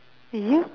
you